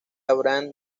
abraham